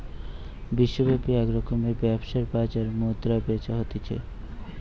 বিশ্বব্যাপী এক রকমের ব্যবসার বাজার মুদ্রা বেচা হতিছে